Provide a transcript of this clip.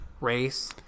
race